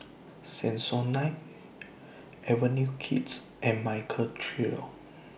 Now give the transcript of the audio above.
Samsonite Avenue Kids and Michael Trio